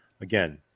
again